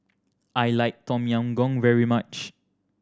I like Tom Yam Goong very much